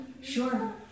sure